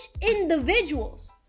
individuals